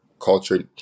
culture